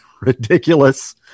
ridiculous